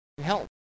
help